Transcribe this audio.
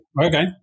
okay